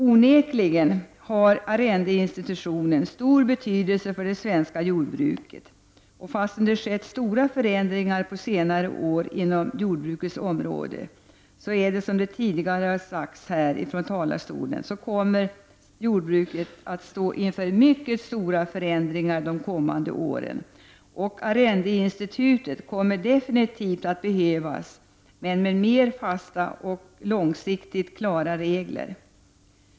Onekligen har arrendeinstitutionen stor betydelse för det svenska jordbruket. Fastän det har skett stora förändringar på senare år inom jordbrukets område, kommer, som det tidigare sagts från talarstolen, jordbruket att stå inför mycket stora förändringar de kommande åren. Arrendeinstitutet kommer definitivt att behövas, men med fastare och mer långsiktigt klara regler.